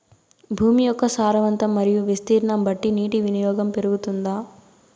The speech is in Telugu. భూమి యొక్క సారవంతం మరియు విస్తీర్ణం బట్టి నీటి వినియోగం పెరుగుతుందా?